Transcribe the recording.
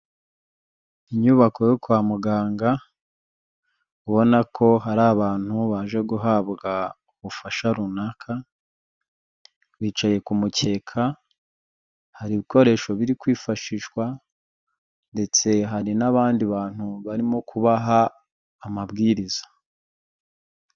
Inyubako yo kwa muganga, ubona ko hari abantu baje guhabwa ubufasha runaka, bicaye ku mukeka, hari ibikoresho biri kwifashishwa ndetse hari n'abandi bantu barimo kubaha amabwiriza.